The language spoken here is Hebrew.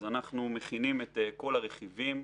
אנחנו מכינים את כל הרכיבים,